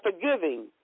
forgiving